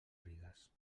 rigues